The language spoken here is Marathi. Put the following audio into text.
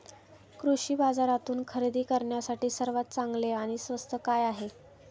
कृषी बाजारातून खरेदी करण्यासाठी सर्वात चांगले आणि स्वस्त काय आहे?